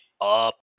up